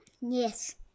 yes